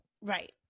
Right